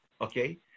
Okay